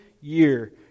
year